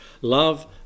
Love